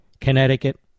Connecticut